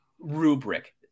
rubric